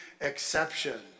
exception